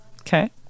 Okay